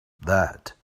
that